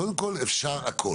קודם כל, אפשר הכול.